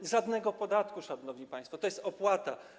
To żaden podatek, szanowni państwo, to jest opłata.